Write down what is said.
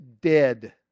dead